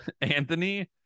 anthony